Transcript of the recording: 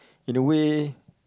in a way